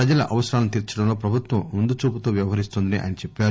ప్రజల అవసరాలను తీర్చడంలో ప్రభుత్వం ముందుచూపుతో వ్యవహరిస్తోందని ఆయన చెప్పారు